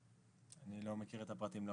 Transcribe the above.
אני לא מכיר את הפרטים לעומק.